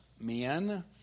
men